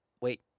wait